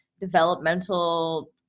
developmental